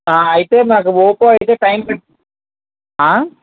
అయితే మాకు ఒప్పో అయితే టైమ్